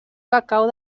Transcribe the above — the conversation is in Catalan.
cacau